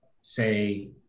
say